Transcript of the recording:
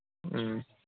ꯎꯝ